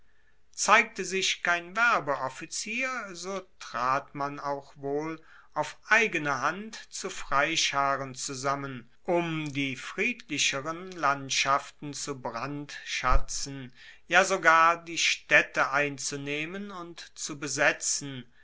zeigte sich kein werbeoffizier so trat man auch wohl auf eigene hand zu freischaren zusammen um die friedlicheren landschaften zu brandschatzen ja sogar die staedte einzunehmen und zu besetzen